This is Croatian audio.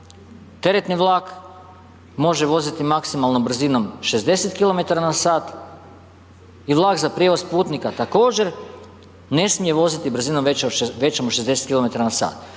teretni vlak može voziti maksimalnom brzinom 60 km/h i vlak za prijevoz putnika također ne smije voziti brzinom većom od 60 km/h, tako